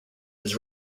his